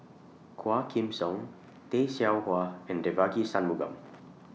Quah Kim Song Tay Seow Huah and Devagi Sanmugam